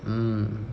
mm